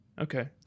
Okay